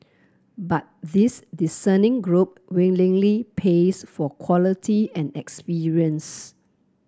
but this discerning group willingly pays for quality and experience